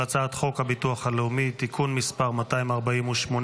הצעת חוק הביטוח הלאומי (תיקון מס' 248),